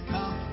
Come